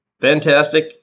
Fantastic